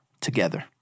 together